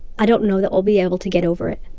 i don't know that we'll be able to get over it,